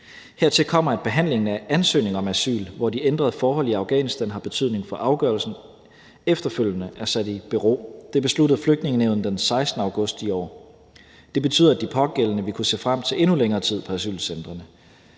Hertil kommer, at behandlingen af ansøgninger om asyl, hvor de ændrede forhold i Afghanistan har betydning for afgørelsen, efterfølgende er sat i bero. Det besluttede Flygtningenævnet den 16. august i år. Det betyder, at de pågældende vil kunne se frem til endnu længere tid på asylcentrene.